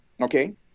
okay